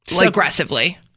aggressively